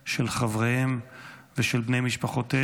של חבריהם ושל בני משפחותיהם,